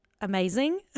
amazing